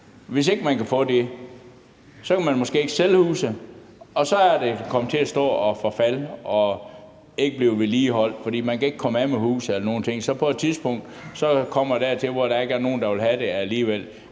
Hvis ikke man kan få det, kan man måske ikke sælge huset, og så er det, det kan komme til at stå og forfalde og ikke blive vedligeholdt, fordi man ikke kan komme af med det eller nogen ting, og på et tidspunkt kommer det så dertil, hvor der alligevel ikke er nogen, der vil have det.